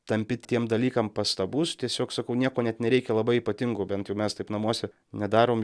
tampi tiem dalykam pastabus tiesiog sakau nieko net nereikia labai ypatingo bent jau mes taip namuose nedarom